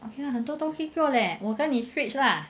okay lah 很多东西做嘞我跟你 switch lah